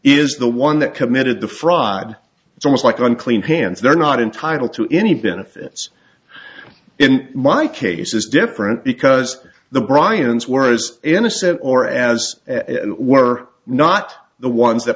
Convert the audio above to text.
is the one that committed the fried it's almost like unclean hands they're not entitled to any benefits in my case is different because the bryans whereas innocent or as were not the ones that